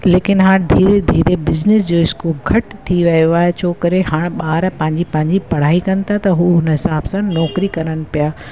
लेकिनि हा धीरे धीरे बिज़िनिस जो स्कॉप घटि थी वियो आहे छो करे हाणे ॿार पंहिंजी पंहिंजी पढ़ाई कनि था त हू हुन हिसाब सां नौकिरी करनि पिया